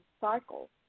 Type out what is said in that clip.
cycle